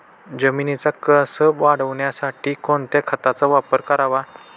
जमिनीचा कसं वाढवण्यासाठी कोणत्या खताचा वापर करावा?